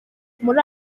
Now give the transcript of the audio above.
muri